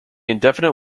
indefinite